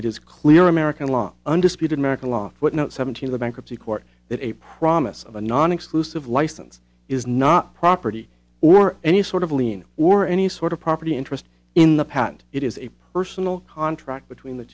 it is clear american law undisputed american law footnote seventeen the bankruptcy court that a promise of a non exclusive license is not property or any sort of lean or any sort of property interest in the patent it is a personal contract between the